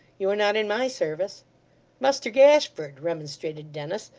you are not in my service muster gashford remonstrated dennis,